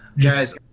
guys